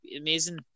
amazing